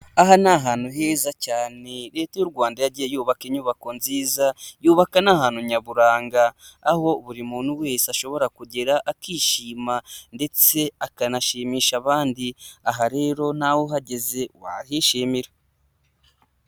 Aha ni ahantu heza cyane, leta y'u Rwanda yagiye yubaka inyubako nziza yubaka na ahantutu nyaburanga, aho buri muntu wese ashobora kugera akishima ndetse akanashimisha abandi, aha rero na we uhageze wahishimira.